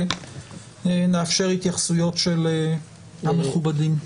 ונאפשר התייחסויות של המכובדים.